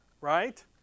right